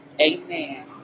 Amen